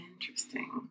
Interesting